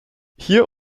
hier